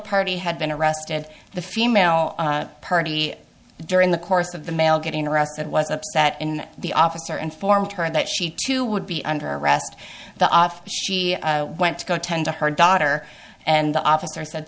party had been arrested the female purdy during the course of the male getting arrested was upset in the officer informed her that she too would be under arrest the off she went to go tend to her daughter and the officer said